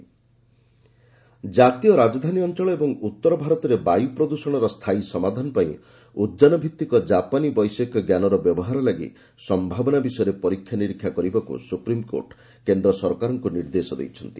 SC air pollution ଜାତୀୟ ରାଜଧାନୀ ଅଞ୍ଚଳ ଓ ଉତ୍ତର ଭାରତରେ ବାୟୁ ପ୍ରଦୁଷଣର ସ୍ଥାୟୀ ସମାଧାନ ପାଇଁ ଉଦ୍କାନଭିତ୍ତିକ ଜାପାନୀ ବୈଷୟିକ ଜ୍ଞାନର ବ୍ୟବହାର ଲାଗି ସମ୍ଭାବନା ବିଷୟରେ ପରୀକ୍ଷା ନିରୀକ୍ଷା କରିବାକୁ ସୁପ୍ରିମ୍କୋର୍ଟ କେନ୍ଦ୍ର ସରକାରଙ୍କୁ ନିର୍ଦ୍ଦେଶ ଦେଇଛନ୍ତି